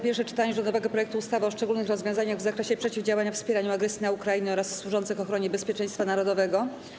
Pierwsze czytanie rządowego projektu ustawy o szczególnych rozwiązaniach w zakresie przeciwdziałania wspieraniu agresji na Ukrainę oraz służących ochronie bezpieczeństwa narodowego.